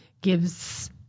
gives